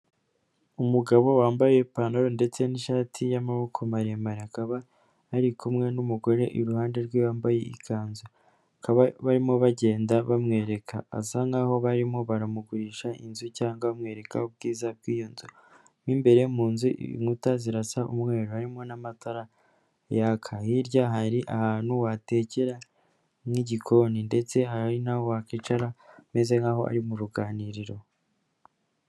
Umugabo wambaye ipantaro ndetse n'ishati y'amaboko maremare. Akaba ari kumwe n'umugore iruhande rwe wambaye ikanzu. Bakaba barimo bagenda bamwereka. Asa nk'aho barimo baramugurisha inzu cyangwa bamwereka ubwiza bw'iyo nzu. Mo imbere, mu nzu inkuta zirasa umweru, harimo n'amatara yaka. Hirya hari ahantu watekera nk'igikoni, ndetse hari n'aho wakwicara hameze nk'aho ari mu ruganiriro.